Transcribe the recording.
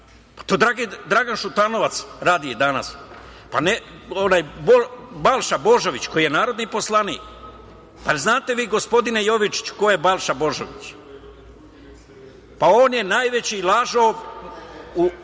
to Dragan Šutanovac radi danas. Balša Božović koji je narodni poslanik, da li znate, vi gospodine Jovičiću ko je Balša Božović? Pa, on je najveći lažov na